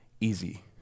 easy